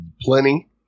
Plenty